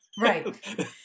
Right